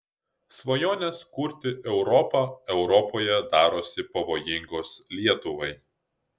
svajonės kurti europą europoje darosi pavojingos lietuvai